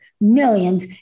millions